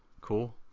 cool